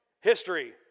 History